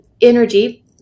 energy